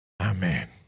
Amen